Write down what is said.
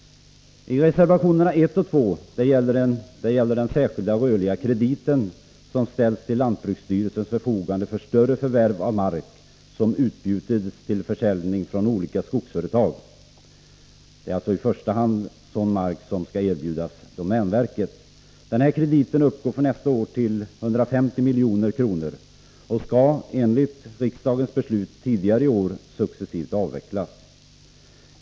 Reservationerna 1 och 2 gäller en särskild rörlig kredit som ställts till lantbruksstyrelsens förfogande för större förvärv av mark som utbjudits till försäljning från olika skogsföretag. Det är alltså i första hand sådan mark som skall erbjudas domänverket. Denna kredit uppgår för nästa år till 150 milj.kr. och skall enligt riksdagens beslut tidigare i år successivt avvecklas.